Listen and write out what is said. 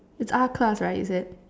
it's R class right is it